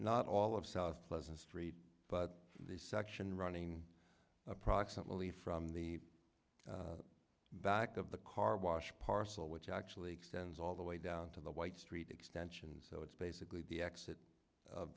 not all of south pleasant street but the section running approximately from the back of the car wash parcel which actually extends all the way down to the white street extension so it's basically the exit of